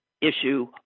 issue